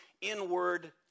inward